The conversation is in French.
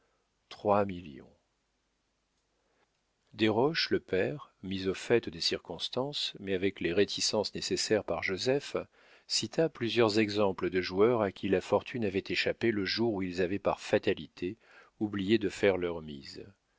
millions desroches le père mis au fait des circonstances mais avec les réticences nécessaires par joseph cita plusieurs exemples de joueurs à qui la fortune avait échappé le jour où ils avaient par fatalité oublié de faire leurs mises